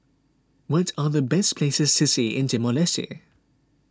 what are the best places see see in Timor Leste